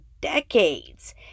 decades